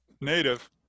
Native